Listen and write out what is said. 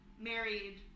married